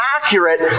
accurate